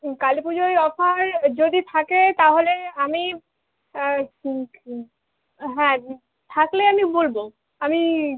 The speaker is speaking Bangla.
হুম কালী পুজোয় অফার যদি থাকে তাহলে আমি হ্যাঁ থাকলে আমি বলবো আমি